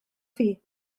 thi